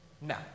No